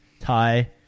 tie